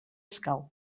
escau